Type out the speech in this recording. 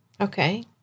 Okay